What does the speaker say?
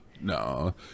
no